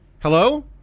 Hello